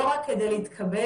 לא רק כדי להתחיל